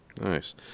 Nice